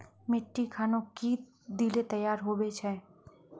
मिट्टी खानोक की दिले तैयार होबे छै?